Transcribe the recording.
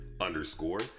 underscore